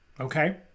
Okay